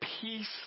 peace